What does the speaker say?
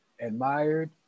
admired